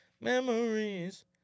memories